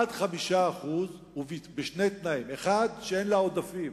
עד 5%, ובשני תנאים: 1. שאין לה עודפים,